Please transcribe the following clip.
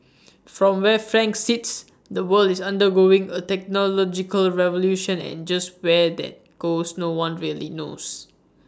from where frank sits the world is undergoing A technological revolution and just where that goes no one really knows